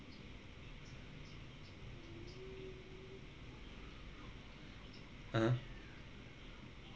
(uh huh)